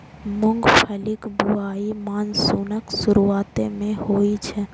मूंगफलीक बुआई मानसूनक शुरुआते मे होइ छै